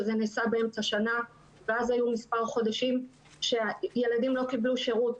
כשזה נעשה באמצע השנה ואז היו מספר חודשים שהילדים לא קיבלו שירות.